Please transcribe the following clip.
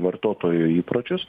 vartotojų įpročius